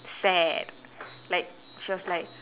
sad like she was like